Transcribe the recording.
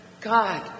God